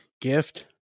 gift